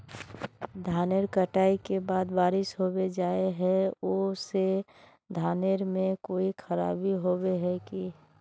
धानेर कटाई के बाद बारिश होबे जाए है ओ से धानेर में कोई खराबी होबे है की?